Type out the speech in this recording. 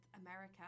America